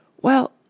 Well